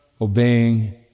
obeying